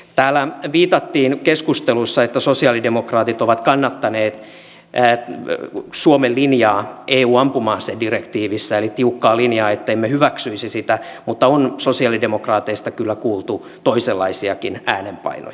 täällä viitattiin keskustelussa että sosialidemokraatit ovat kannattaneet suomen linjaa eun ampuma asedirektiivissä eli tiukkaa linjaa ettemme hyväksyisi sitä mutta on sosialidemokraateista kyllä kuultu toisenlaisiakin äänenpainoja